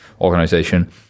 organization